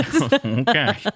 Okay